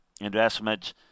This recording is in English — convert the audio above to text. investments